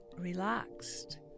relaxed